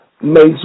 makes